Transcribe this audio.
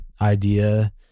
idea